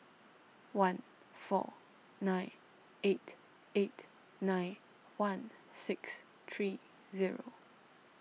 one four nine eight eight nine one six three zero